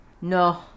no